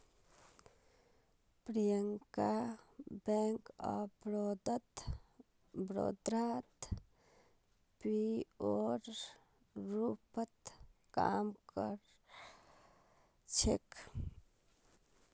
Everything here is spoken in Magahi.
प्रियंका बैंक ऑफ बड़ौदात पीओर रूपत काम कर छेक